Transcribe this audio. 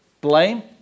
blame